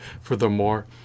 Furthermore